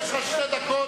יש לך שתי דקות.